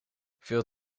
veel